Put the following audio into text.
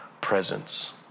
presence